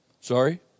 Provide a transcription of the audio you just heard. Sorry